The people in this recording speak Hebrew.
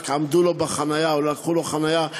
רק עמדו לו בחניה או לקחו לו חניה,